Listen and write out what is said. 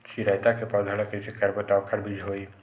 चिरैता के पौधा ल कइसे करबो त ओखर बीज होई?